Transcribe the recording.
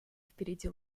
впереди